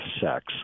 sex